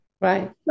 Right